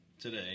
today